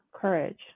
courage